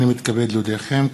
הנני מתכבד להודיעכם,